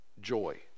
joy